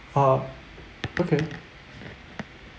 uh okay